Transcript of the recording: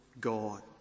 God